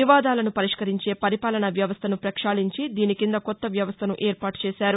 వివాదాలను పరిష్కరించే పరిపాలన వ్యవస్దను ప్రక్షాళించి దీనికింద కొత్త వ్యవస్దను ఏర్పాటుచేశారు